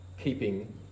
keeping